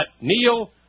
Neil